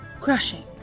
crushing